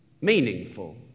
meaningful